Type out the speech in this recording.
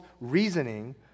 reasoning